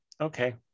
okay